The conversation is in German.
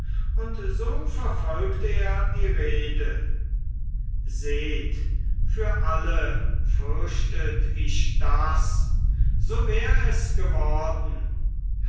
und so verfolgt er die rede seht für alle fürchtet ich das so wär es geworden